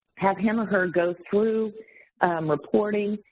have him or her go through reporting.